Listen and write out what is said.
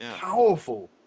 powerful